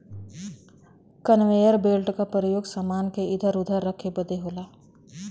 conveyor belt क परयोग समान के इधर उधर रखे बदे होला